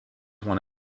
one